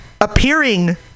appearing